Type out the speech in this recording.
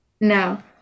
no